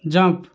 jump